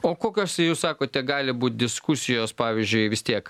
o kokios jūs sakote gali būt diskusijos pavyzdžiui vis tiek